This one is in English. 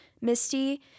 Misty